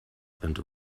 and